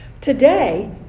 Today